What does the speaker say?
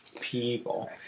people